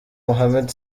mohamed